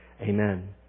Amen